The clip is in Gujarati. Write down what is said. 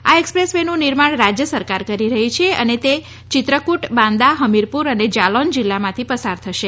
આ એકસપ્રેસ વે નું નિર્માણ રાજય સરકાર કરી રહી છે અને તે ચિત્રકુટ બાંદા હમીરપુર અને જાલૌન જીલ્લામાંથી પસાર થશે